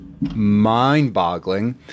mind-boggling